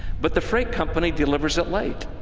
but the freight company delivers it late?